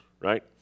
right